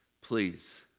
please